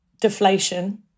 deflation